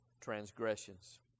transgressions